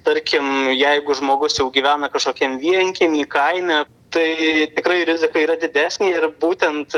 tarkim jeigu žmogus jau gyvena kažkokiam vienkiemy kaime tai tikrai rizika yra didesnė ir būtent